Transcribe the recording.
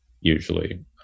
usually